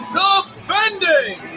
defending